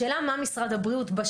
השאלה מה משרד הבריאות עושה,